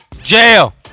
Jail